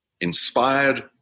inspired